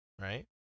right